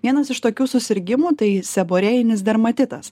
vienas iš tokių susirgimų tai seborėjinis dermatitas